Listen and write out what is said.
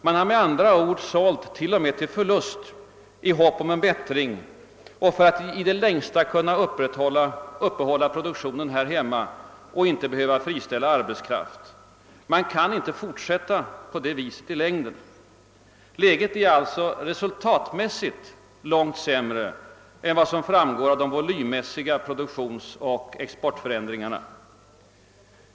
Man har med andra ord sålt t.o.m. med förlust i hopp om en bättring och för att i det längsta uppehålla produktionen här hemma och inte behöva friställa arbetskraft. Men man kan inte fortsätta på det viset i längden. Läget är alltså resultatmässigt långt sämre än vad som framgår av de volymmässiga produktionsoch exportförändringarna.